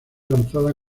lanzada